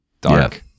dark